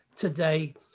today